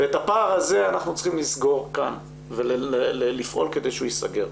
ואת הפער הזה אנחנו צריכים לסגור כאן ולפעול כדי שהוא ייסגר.